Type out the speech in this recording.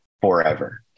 forever